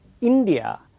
India